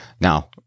Now